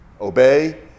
Obey